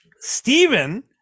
Stephen